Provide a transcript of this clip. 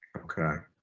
ok.